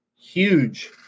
huge